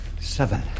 seven